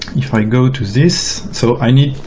if i go to this so i need,